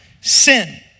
sin